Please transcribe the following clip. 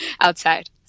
outside